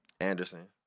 Anderson